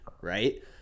right